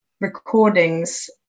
recordings